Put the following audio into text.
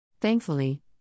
Thankfully